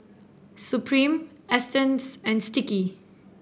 Supreme Astons and Sticky